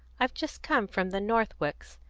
i've just come from the northwicks,